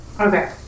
Okay